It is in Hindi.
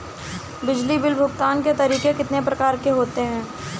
बिजली बिल भुगतान के तरीके कितनी प्रकार के होते हैं?